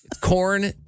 Corn